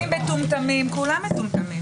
הרופאים מטומטמים, כולם מטומטמים.